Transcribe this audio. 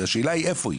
והשאלה היא איפה היא.